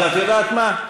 אבל את יודעת מה?